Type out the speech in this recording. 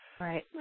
Right